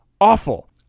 awful